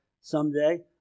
someday